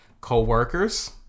co-workers